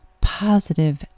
positive